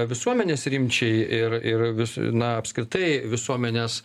visuomenės rimčiai ir ir vis na apskritai visuomenės